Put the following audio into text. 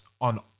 on